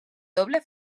doble